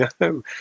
no